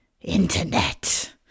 Internet